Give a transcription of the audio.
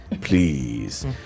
Please